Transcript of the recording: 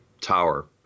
tower